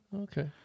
Okay